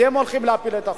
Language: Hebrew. אתם הולכים להפיל את החוק.